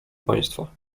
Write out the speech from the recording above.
państwa